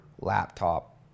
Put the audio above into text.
laptop